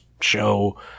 show